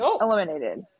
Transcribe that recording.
eliminated